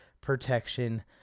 protection